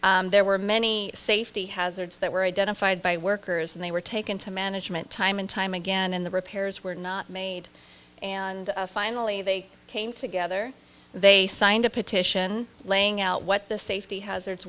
center there were many safety hazards that were identified by workers and they were taken to management time and time again in the repairs were not made and finally they came together they signed a petition laying out what the safety hazards